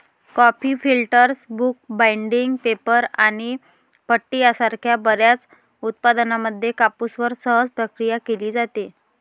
coffee filters, book binding, paper आणि पट्टी यासारख्या बर्याच उत्पादनांमध्ये कापूसवर सहज प्रक्रिया केली जाते